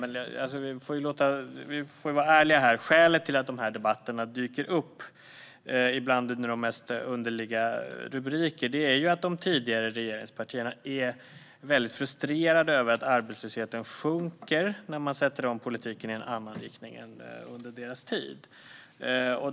Men vi får vara ärliga här med att skälet till att de här debatterna dyker upp, ibland med de mest underliga rubriker, är att de tidigare regeringspartierna är frustrerade över att arbetslösheten sjunker när man sätter om politiken i en annan riktning än under deras tid.